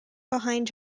behind